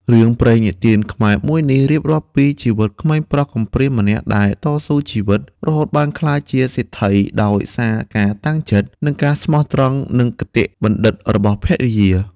រឿងព្រេងនិទានខ្មែរមួយនេះ រៀបរាប់ពីជីវិតក្មេងប្រុសកំព្រាម្នាក់ដែលតស៊ូជីវិត រហូតបានក្លាយជាសេដ្ឋី ដោយសារការតាំងចិត្ត ការស្មោះត្រង់ និងគតិបណ្ឌិតរបស់ភរិយា។